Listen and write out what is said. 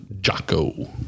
Jocko